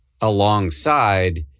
alongside